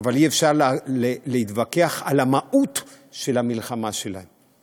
אבל אי-אפשר להתווכח על המהות של המלחמה שלהם,